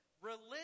Religion